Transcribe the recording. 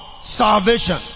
salvation